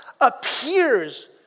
appears